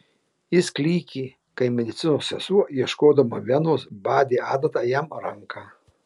jis klykė kai medicinos sesuo ieškodama venos badė adata jam ranką